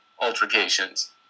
altercations